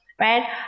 right